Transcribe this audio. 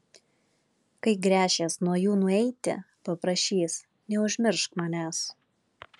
kai gręšies nuo jų nueiti paprašys neužmiršk manęs